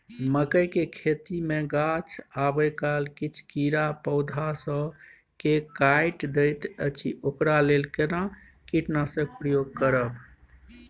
मकई के खेती मे गाछ आबै काल किछ कीरा पौधा स के काइट दैत अछि ओकरा लेल केना कीटनासक प्रयोग करब?